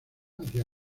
hacia